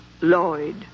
Lloyd